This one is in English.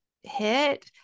hit